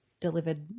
delivered